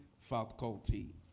faculty